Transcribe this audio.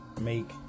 make